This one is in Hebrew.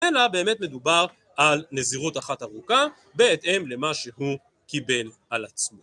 אלא באמת מדובר על נזירות אחת ארוכה בהתאם למה שהוא קיבל על עצמו.